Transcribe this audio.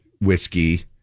whiskey